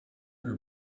uur